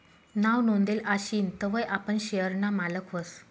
नाव नोंदेल आशीन तवय आपण शेयर ना मालक व्हस